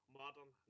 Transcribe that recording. modern